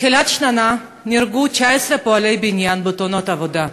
מתחילת השנה נהרגו 19 פועלי בניין בתאונות עבודה.